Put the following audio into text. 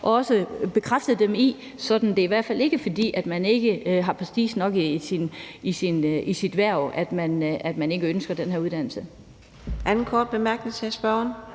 også at bekræfte dem i, sådan at det i hvert fald ikke er, fordi man ikke har prestige nok i sit hverv, at man ikke ønsker den her uddannelse.